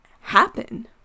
happen